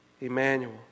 Emmanuel